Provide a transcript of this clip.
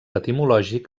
etimològic